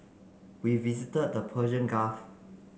we visited the Persian Gulf